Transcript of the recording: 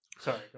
Sorry